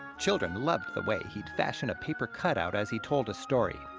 children loved the way he'd fashion a paper cutout as he told a story,